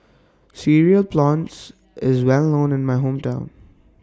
Cereal Prawns IS Well known in My Hometown